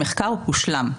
המחקר הושלם.